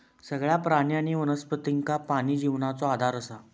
सगळ्या प्राणी आणि वनस्पतींका पाणी जिवनाचो आधार असा